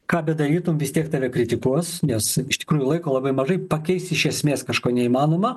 ką bedarytum vis tiek tave kritikuos nes iš tikrųjų laiko labai mažai pakeis iš esmės kažko neįmanoma